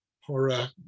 horror